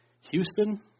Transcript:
Houston